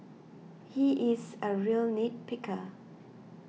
he is a real nit picker